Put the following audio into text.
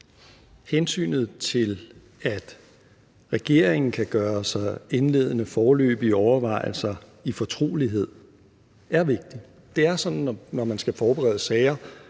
hensynet til, at regeringen kan gøre sig indledende, foreløbige overvejelser i fortrolighed, er vigtigt. Det er sådan, når man skal forberede sager,